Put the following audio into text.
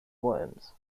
worms